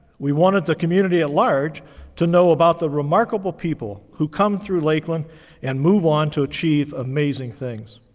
we wanted the community at large to know about the remarkable people who come through lakeland and move on to achieve amazing things.